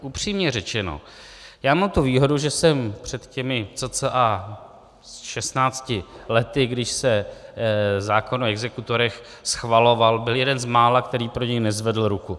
Upřímně řečeno, já mám tu výhodu, že jsem před těmi cca 16 lety, když se zákon o exekutorech schvaloval, byl jeden z mála, který pro něj nezvedl ruku.